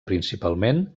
principalment